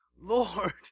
Lord